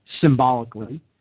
symbolically